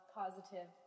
positive